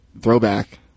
Throwback